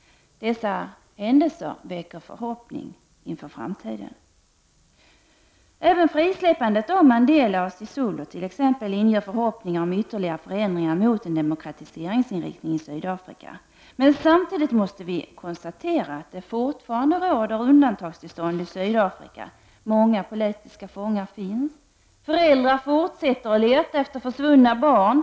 Dessa händelser väcker hopp inför framtiden. Även frisläppandet av Mandela och Sisulu inger förhoppningar om ytterli gare förändringar mot en demokratiseringsinriktning i Sydafrika. Samtidigt måste vi däremot konstatera att det fortfarande råder undantagstillstånd i Sydafrika. Många politiska fångar finns. Föräldrar fortsätter att leta efter försvunna barn.